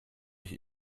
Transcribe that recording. ich